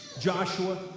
Joshua